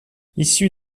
issu